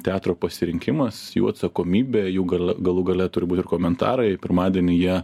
teatro pasirinkimas jų atsakomybė jų galų gale turbūt ir komentarai pirmadienį jie